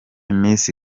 miss